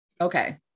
Okay